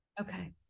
okay